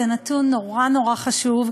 זה נתון מאוד חשוב,